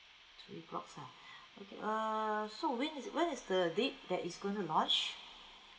two blocks ah err so when is when is the date that is going to launch